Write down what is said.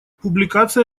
публикация